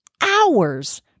hours